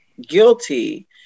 guilty